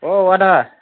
अह आदा